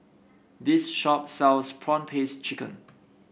this shop sells prawn paste chicken